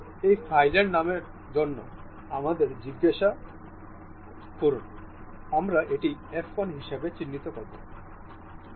এই ফাইলের নামের জন্য আমাদের জিজ্ঞাসা করুন আমরা এটি f 1 হিসাবে চিহ্নিত করব